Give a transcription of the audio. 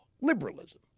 liberalism